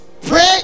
pray